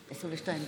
מס' 1, לסעיף 2,